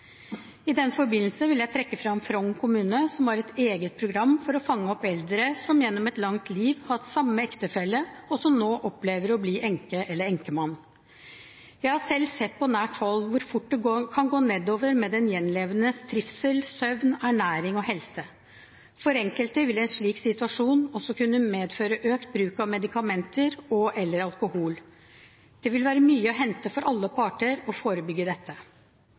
I den forbindelse vil jeg trekke frem Frogn kommune som har et eget program for å fange opp eldre som gjennom et langt liv har hatt samme ektefelle, og som nå opplever å bli enke eller enkemann. Jeg har selv sett på nært hold hvor fort det kan gå nedover med den gjenlevendes trivsel, søvn, ernæring og helse. For enkelte vil en slik situasjon også kunne medføre økt bruk av medikamenter og/eller alkohol. Det vil være mye å hente for alle parter på å forebygge dette.